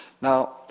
Now